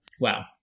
Wow